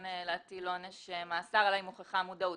להטיל עונש מאסר אלא אם הוכחה מודעות.